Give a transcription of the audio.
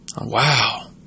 Wow